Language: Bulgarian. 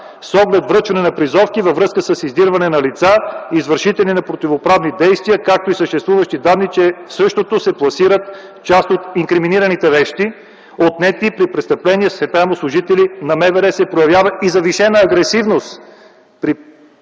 с оглед връчване на призовки във връзка с издирване на лица, извършители на противоправни действия, както и съществуващи данни, че в същото се пласира част от инкриминираните вещи, отнети при престъпления, спрямо служители на МВР се проявява и завишена агресивност